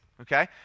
okay